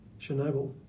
Chernobyl